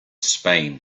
spain